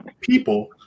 people